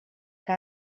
que